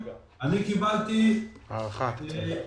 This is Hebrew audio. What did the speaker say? ישיבת מעקב.